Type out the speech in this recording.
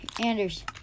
Anders